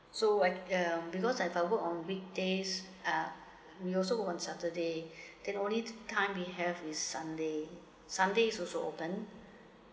so when them because I have to work on weekdays uh we also work on saturday then only time we have is sunday sunday is also open